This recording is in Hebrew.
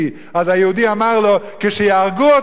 אז היהודי אמר לו: כשיהרגו אותך,